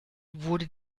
wurde